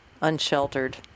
unsheltered